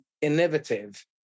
innovative